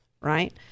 Right